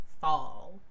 fall